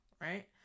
right